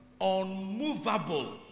unmovable